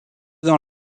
dans